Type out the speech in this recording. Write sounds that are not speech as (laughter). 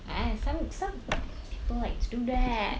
(noise) some some people like to do that